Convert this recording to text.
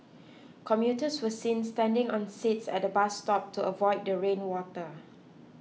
commuters were seen standing on seats at bus stop to avoid the rain water